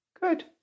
Good